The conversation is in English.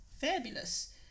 Fabulous